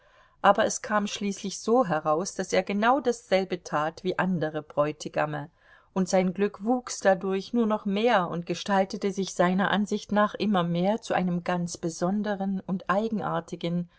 aber es kam schließlich so heraus daß er genau dasselbe tat wie andere bräutigame und sein glück wuchs dadurch nur noch mehr und gestaltete sich seiner ansicht nach immer mehr zu einem ganz besonderen und eigenartigen